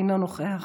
אינו נוכח,